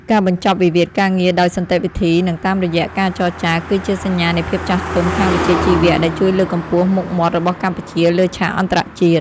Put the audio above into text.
ការបញ្ចប់វិវាទការងារដោយសន្តិវិធី និងតាមរយៈការចរចា គឺជាសញ្ញានៃភាពចាស់ទុំខាងវិជ្ជាជីវៈដែលជួយលើកកម្ពស់មុខមាត់របស់កម្ពុជាលើឆាកអន្តរជាតិ។